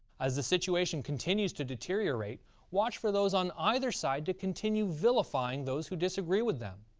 as the situation continues to deteriorate watch for those on either side to continue vilifying those who disagree with them.